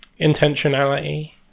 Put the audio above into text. intentionality